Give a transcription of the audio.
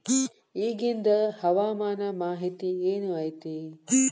ಇಗಿಂದ್ ಹವಾಮಾನ ಮಾಹಿತಿ ಏನು ಐತಿ?